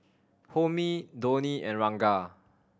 Homi Dhoni and Ranga